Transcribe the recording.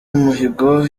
umuhigo